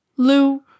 Lou